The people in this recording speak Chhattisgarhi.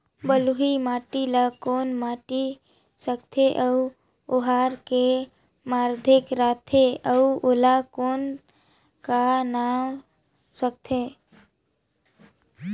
बलुही माटी ला कौन माटी सकथे अउ ओहार के माधेक राथे अउ ओला कौन का नाव सकथे?